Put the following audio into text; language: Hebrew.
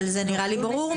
אבל זה נראה לי ברור.